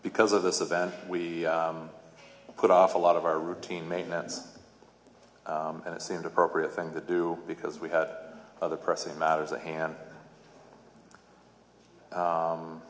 because of this event we put off a lot of our routine maintenance and it seemed appropriate thing to do because we had other pressing matters at hand